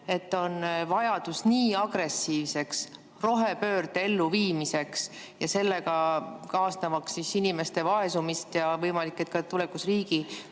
et on vajadus nii agressiivseks rohepöörde elluviimiseks ja sellega kaasnevaks inimeste vaesumiseks ja võimalik, et ka tulevikus riigi